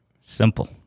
Simple